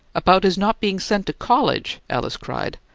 about his not being sent to college? alice cried.